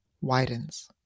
widens